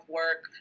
work